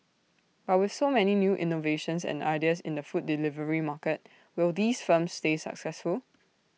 but with so many new innovations and ideas in the food delivery market will these firms stay successful